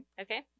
Okay